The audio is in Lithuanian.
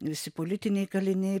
visi politiniai kaliniai